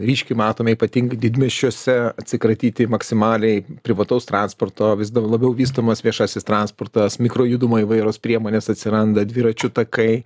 ryškiai matome ypatingai didmiesčiuose atsikratyti maksimaliai privataus transporto vis dau labiau vystomas viešasis transportas mikro judumo įvairios priemonės atsiranda dviračių takai